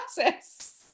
process